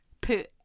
put